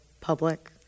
public